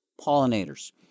pollinators